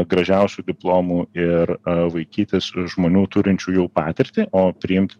gražiausių diplomų ir vaikytis žmonių turinčių jau patirtį o priimt